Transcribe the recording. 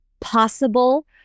possible